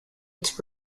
its